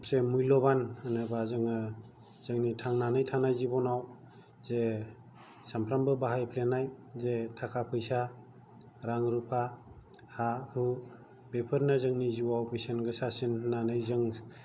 सबसे मुल्यबान होनोब्ला जोङो जोंनि थांनानै थानाय जिबनाव जे सामफ्रामबो बाहाफ्लेनाय जे थाखा फैसै रां रुपा हा हु बेफोरनो जोंनि जिउआव बेसेन गोसासिन होननानै जों